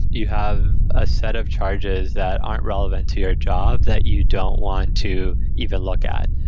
you have a set of charges that aren't relevant to your job that you don't want to even look at.